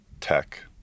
tech